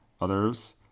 Others